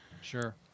Sure